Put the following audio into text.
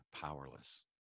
powerless